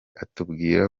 atubwira